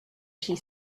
she